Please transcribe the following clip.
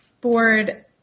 board